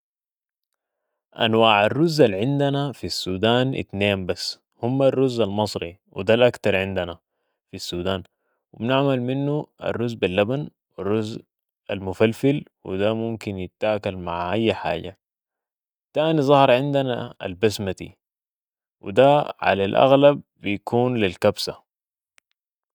انواع الرز العندنا في السودان اتنين بس هم الرز المصري و ده الاكتر عندنا في السودان و بنعمل منه الرز باللبن و الرز المفلفل و ده ممكن يتاكل مع اي حاجة. تاني ظهر عندنا البسمتي و ده علي الاغلب بيكون للكبسة.